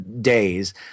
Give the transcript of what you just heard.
days